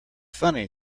funny